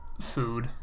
food